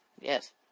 Yes